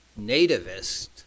nativist